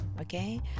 okay